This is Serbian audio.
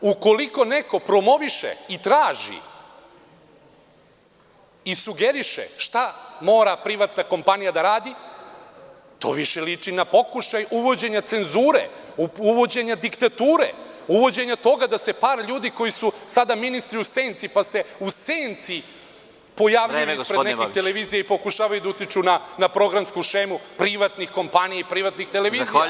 Ukoliko neko promoviše, traži i sugeriše šta mora privatna kompanija da radi, to više liči na pokušaj uvođenja cenzure, uvođenja diktature, uvođenja toga da se par ljudi koji su sada ministri u senci, pa se u senci pojavljuju ispred nekih televizija i pokušavaju da utiču na programsku šemu privatnih kompanija i privatnih televizija…